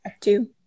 two